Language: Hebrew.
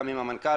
גם עם המנכ"ל,